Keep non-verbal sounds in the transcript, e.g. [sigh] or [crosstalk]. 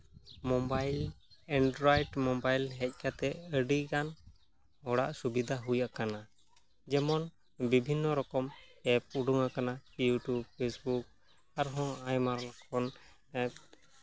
mobile Android mobile ᱦᱮᱡ ᱠᱟᱛᱮᱫ ᱟᱹᱰᱤᱜᱟᱱ ᱦᱚᱲᱟᱜ ᱥᱩᱵᱤᱫᱷᱟ ᱦᱩᱭ ᱠᱟᱱᱟ ᱡᱮᱢᱚᱱ ᱵᱤᱵᱷᱤᱱᱱᱚ ᱨᱚᱠᱚᱢ ᱮᱯ ᱩᱰᱩᱠ ᱟᱠᱟᱱᱟ ᱤᱭᱩᱴᱩᱵᱽ ᱯᱷᱮᱥᱵᱩᱠ ᱟᱨᱦᱚᱸ ᱟᱭᱢᱟ ᱵᱚᱱ [unintelligible]